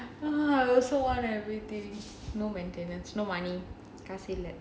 ah I also want everything no maintenance no money காசில்ல:kaasilla